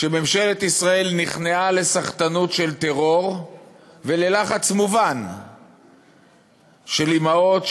כשממשלת ישראל נכנעה לסחטנות של טרור וללחץ מובן של אימהות,